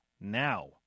now